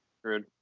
screwed